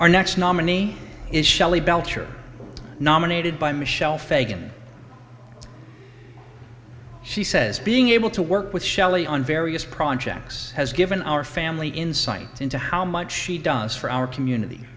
our next nominee is shelley belcher nominated by michelle fagan she says being able to work with shelley on various projects has given our family insight into how much she does for our community